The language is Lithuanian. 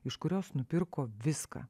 iš kurios nupirko viską